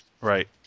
Right